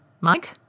Mike